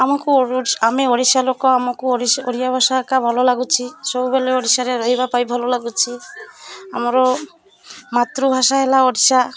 ଆମକୁ ଆମେ ଓଡ଼ିଶା ଲୋକ ଆମକୁ ଓଡ଼ିଶା ଓଡ଼ିଆ ଭାଷା ଏକା ଭଲ ଲାଗୁଛି ସବୁବେଳେ ଓଡ଼ିଶାରେ ରହିବା ପାଇଁ ଭଲ ଲାଗୁଛି ଆମର ମାତୃଭାଷା ହେଲା ଓଡ଼ିଶା